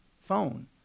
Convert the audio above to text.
phone